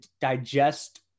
digest